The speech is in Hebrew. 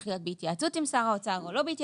להיות בהתייעצות עם שר האוצר או לא,